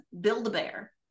Build-A-Bear